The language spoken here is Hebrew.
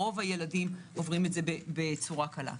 רוב הילדים עוברים את זה בצורה קלה.